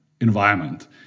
environment